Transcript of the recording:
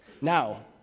Now